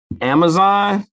Amazon